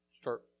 start